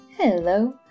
Hello